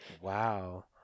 wow